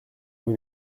vous